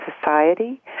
society